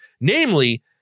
Namely